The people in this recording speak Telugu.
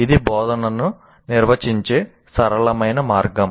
ఇది బోధనను నిర్వచించే సరళమైన మార్గం